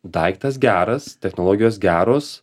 daiktas geras technologijos geros